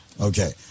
Okay